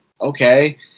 okay